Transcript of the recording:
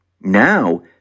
Now